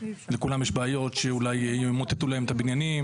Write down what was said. לכולם יש בעיות שאולי ימוטטו להם את הבניינים,